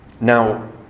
now